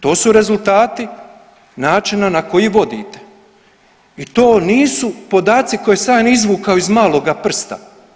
To su rezultati načina na koji vodite i to nisu podaci koje sam ja izvukao iz maloga prsta.